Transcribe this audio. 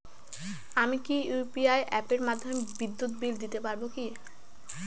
আমি কি ইউ.পি.আই অ্যাপের মাধ্যমে বিদ্যুৎ বিল দিতে পারবো কি?